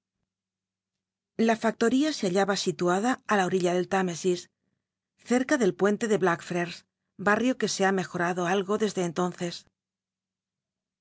la factoi'ía se hallaba si tuada í la otilla del f imcsis cetca del puente de blackfriars ba rrio que se ha mejotado algo desde entonces l